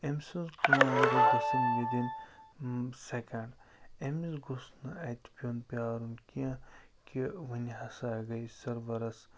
أمۍ سٕنٛز کٲم گٔژھ گَژھٕنۍ وِدِن سیٚکنڈ أمِس گوٚژھ نہٕ اَتہِ پیوٚن پیارُن کینٛہہ کہِ ونہِ ہَسا گٔے سٔروَرَس